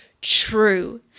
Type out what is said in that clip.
true